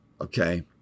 okay